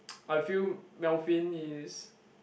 I feel Melvin is